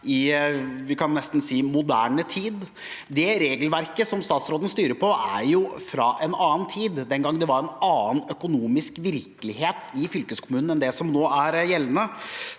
i – kan vi nesten si – moderne tid? Det regelverket som statsråden styrer etter, er jo fra en annen tid, den gang det var en annen økonomisk virkelighet i fylkeskommunen enn det som nå er gjeldende.